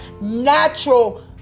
natural